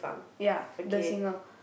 ya the singer